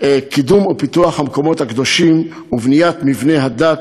קידום ופיתוח המקומות הקדושים ובניית מבני הדת